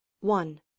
one